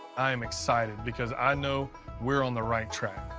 i am excited because i know we're on the right track.